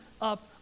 up